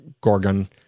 Gorgon